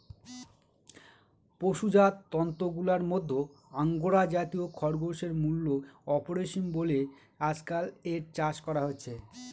পশুজাত তন্তুগুলার মধ্যে আঙ্গোরা জাতীয় খরগোশের মূল্য অপরিসীম বলে আজকাল এর চাষ করা হচ্ছে